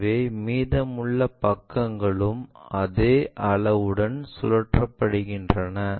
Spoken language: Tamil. எனவே மீதமுள்ள பக்கங்களும் அதே அளவுடன் சுழற்றப்படுகின்றன